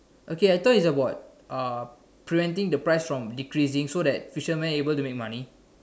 okay I thought it's about preventing the price from decreasing so that the fishermen can make money